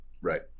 Right